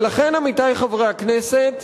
לכן, עמיתי חברי הכנסת,